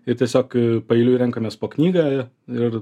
ir tiesiog paeiliui renkamės po knygą ir